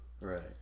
Right